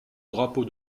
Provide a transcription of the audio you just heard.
drapeau